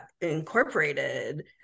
incorporated